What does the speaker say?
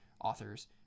authors